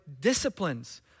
disciplines